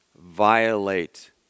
violate